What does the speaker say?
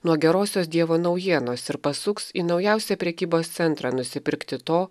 nuo gerosios dievo naujienos ir pasuks į naujausią prekybos centrą nusipirkti to